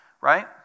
right